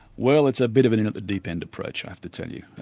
well, it's a bit of an in-at-the-deep-end approach i have to tell you.